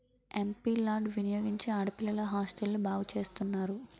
MP LAD వినియోగించి ఆడపిల్లల హాస్టల్ను బాగు చేస్తున్నారు